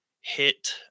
hit